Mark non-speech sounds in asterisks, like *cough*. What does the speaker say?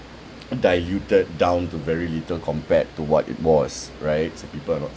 *noise* diluted down to very little compared to what it was right so people are not